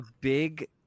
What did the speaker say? big